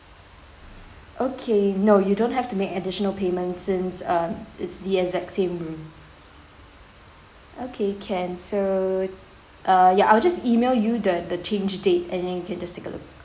okay no you don't have to make additional payment since uh it's the exact same room okay can so uh ya I'll just email you the the change date and then you can just take a look